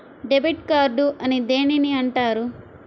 Debit card అని దేనిని అంటారు?